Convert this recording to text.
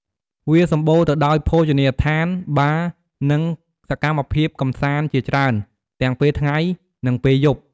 វាសម្បូរទៅដោយភោជនីយដ្ឋាន បារ និងសកម្មភាពកម្សាន្តជាច្រើនទាំងពេលថ្ងៃ និងពេលយប់។